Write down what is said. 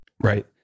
Right